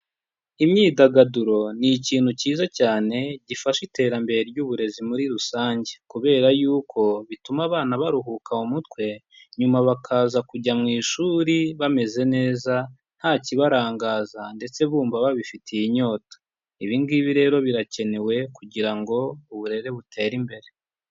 Imyidagaduro ni ikintu cyiza cyane, gifasha iterambere ry'uburezi muri rusange, kubera yuko bituma abana baruhuka mu mutwe, nyuma bakaza kujya mu ishuri, bameze neza nta kibarangaza, ndetse bumva babifitiye inyota, ibi ngibi rero birakenewe kugira ngo uburere butere imbere.